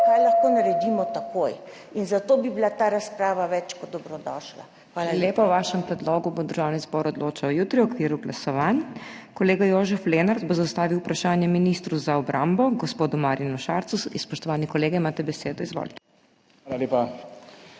kaj lahko naredimo takoj in zato bi bila ta razprava več kot dobrodošla. Hvala lepa.